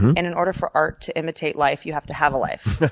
and in order for art to imitate life, you have to have a life.